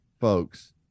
folks